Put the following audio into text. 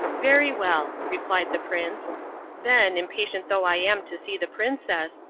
very well, replied the prince then, impatient though i am to see the princess,